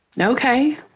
Okay